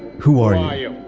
who are yeah you?